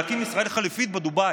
נקים ישראל חליפית בדובאי,